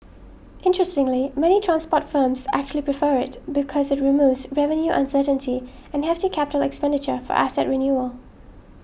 interestingly many transport firms actually prefer it because it removes revenue uncertainty and hefty capital expenditure for asset renewal